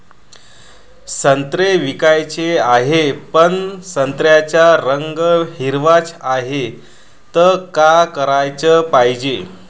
संत्रे विकाचे हाये, पन संत्र्याचा रंग हिरवाच हाये, त का कराच पायजे?